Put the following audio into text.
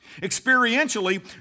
Experientially